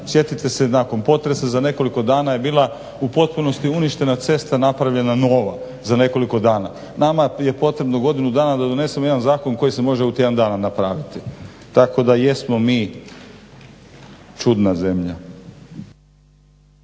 Sjetite se nakon potresa za nekoliko dana je bila u potpunosti uništena cesta napravljena nova za nekoliko dana. Nama je potrebno godinu dana da donesemo jedan zakon koji se može u tjedan dana napraviti. Tako da jesmo mi čudna zemlja.